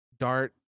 Dart